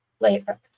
later